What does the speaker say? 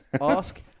Ask